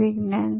વિતરણ